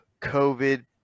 COVID